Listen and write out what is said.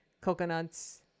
coconuts